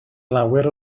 lawer